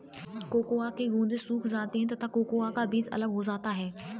cocoa के गुदे सूख जाते हैं तथा कोकोआ का बीज अलग हो जाता है